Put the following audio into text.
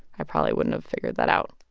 i probably wouldn't have figured that out.